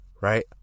Right